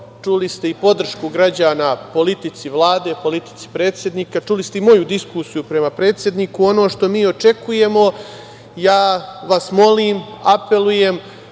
Čuli ste i podršku građana politici Vlade, politici predsednika. Čuli ste i moju diskusiju prema predsedniku. Ono što mi očekujemo, ja vas molim, apelujem,